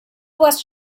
was